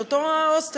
של אותו ההוסטל,